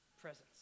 presence